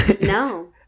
No